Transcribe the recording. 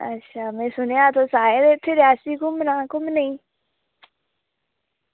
अच्छा में सुनेआ तुस आये इत्थें रियासी घुम्मनै ई